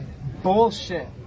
bullshit